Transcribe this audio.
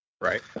right